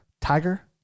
tiger